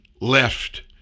left